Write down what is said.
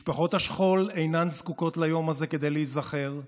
משפחות השכול אינו זקוקות ליום הזה כדי להיזכר,